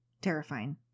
terrifying